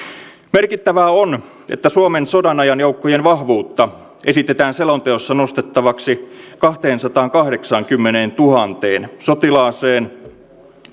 merkittävää on että suomen sodanajan joukkojen vahvuutta esitetään selonteossa nostettavaksi kahteensataankahdeksaankymmeneentuhanteen sotilaaseen